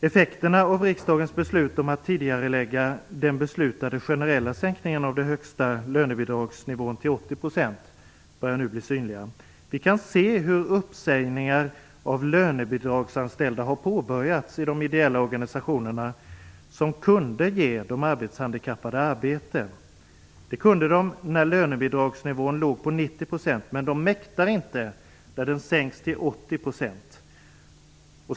Effekterna av riksdagens beslut att tidigarelägga den beslutade generella sänkningen av den högsta lönebidragsnivån till 80 % börjar nu bli synliga. Vi kan se hur uppsägningar av lönebidragsanställda har påbörjats i de ideella organisationerna, som kunde ge de arbetshandikappade arbete när lönebidragsnivån låg på 90 %. De mäktar emellertid inte när nivån sänks till 80 %.